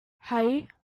hei